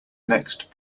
next